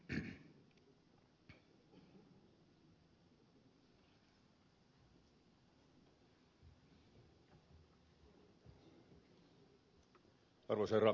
arvoisa herra puhemies